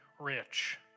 rich